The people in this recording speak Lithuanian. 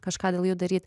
kažką dėl jų daryt